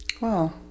Wow